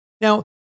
now